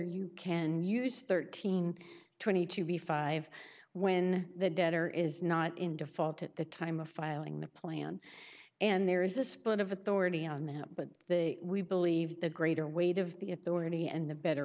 you can use thirteen twenty to be five when the debtor is not in default at the time of filing the plan and there is a split of authority on that but the we believe the greater weight of the authority and the better